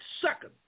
second